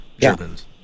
Germans